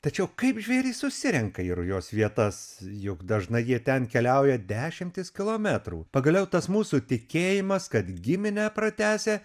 tačiau kaip žvėrys susirenka į rujos vietas juk dažnai jie ten keliauja dešimtis kilometrų pagaliau tas mūsų tikėjimas kad giminę pratęsia